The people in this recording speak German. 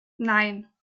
nein